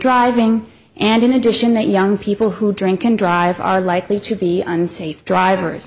thing and in addition that young people who drink and drive are likely to be unsafe drivers